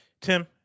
Tim